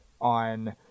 on –